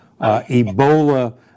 Ebola